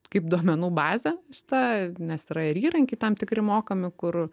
kaip duomenų bazę šita nes yra ir įrankiai tam tikri mokami kur